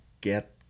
get